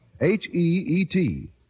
H-E-E-T